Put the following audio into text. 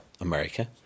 America